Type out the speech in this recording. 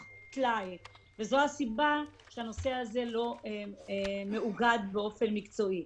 זו הסיבה לכך שהנושא הזה לא מאוגד באופן מקצועי.